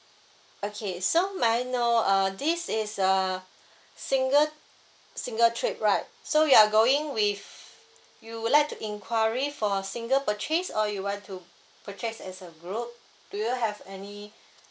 okay so may I know uh this is a single single trip right so you are going with you would like to inquiry for a single purchase or you want to purchase as a group do you have any